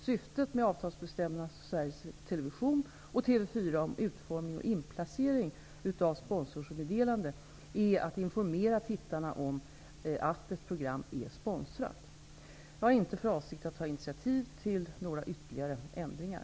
Syftet med avtalsbestämmelserna för Sveriges Television och TV 4 om utformning och inplacering av sponsorsmeddelande, är att informera TV-tittarna om att ett program är sponsrat. Jag har inte för avsikt att ta initiativ till några ytterligare ändringar.